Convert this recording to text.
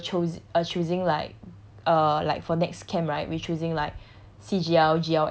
like we were chose~ err choosing like a like for next camp right we choosing like